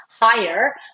higher